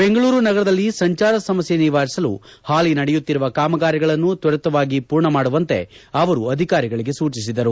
ಬೆಂಗಳೂರು ನಗರದಲ್ಲಿ ಸಂಚಾರ ಸಮಸ್ಯೆ ನಿವಾರಿಸಲು ಪಾಲಿ ನಡೆಯುತ್ತಿರುವ ಕಾಮಗಾರಿಗಳನ್ನು ತ್ವರಿತವಾಗಿ ಪೂರ್ಣ ಮಾಡುವಂತೆ ಅವರು ಅಧಿಕಾರಿಗಳಿಗೆ ಸೂಚಿಸಿದರು